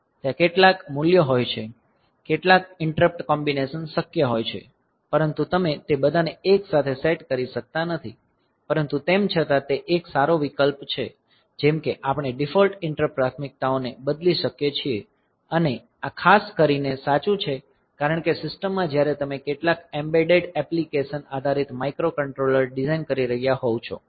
ત્યાં કેટલાક મૂલ્યો હોય છે કેટલાક ઈંટરપ્ટ કોંબીનેશન શક્ય હોય છે પરંતુ તમે તે બધાને એકસાથે સેટ કરી શકતા નથી પરંતુ તેમ છતાં તે એક સારો વિકલ્પ છે જેમ કે આપણે ડિફૉલ્ટ ઈંટરપ્ટ પ્રાથમિકતાઓને બદલી શકીએ છીએ અને આ ખાસ કરીને સાચું છે કારણ કે સિસ્ટમમાં જ્યારે તમે કેટલીક એમ્બેડેડ એપ્લિકેશન આધારિત માઇક્રોકન્ટ્રોલર ડિઝાઇન કરી રહ્યાં હોવ છો